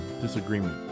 disagreement